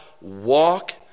walk